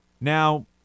Now